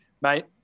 mate